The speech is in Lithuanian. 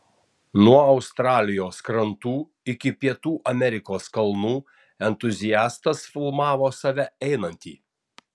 nuo australijos krantų iki pietų amerikos kalnų entuziastas filmavo save einantį